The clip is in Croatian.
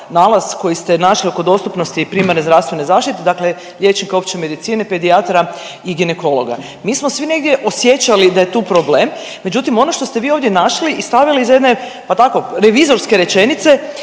nalaz koji ste našli oko dostupnosti primarne zdravstvene zaštite, dakle liječnika opće medicine, pedijatara i ginekologa. Mi smo svi negdje osjećali da je tu problem, međutim, ono što ste vi ovdje našli i stavili iza jedne, pa tako, revizorske rečenice,